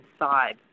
inside